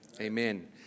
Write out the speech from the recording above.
amen